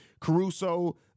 caruso